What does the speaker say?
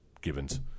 Givens